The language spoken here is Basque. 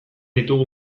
ditugu